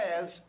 says